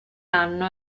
anno